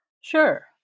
Sure